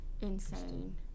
insane